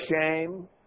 shame